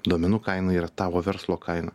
duomenų kaina yra tavo verslo kaina